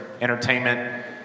entertainment